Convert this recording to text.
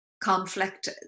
conflict